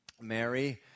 Mary